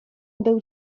był